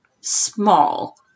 small